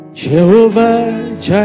Jehovah